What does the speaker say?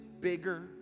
bigger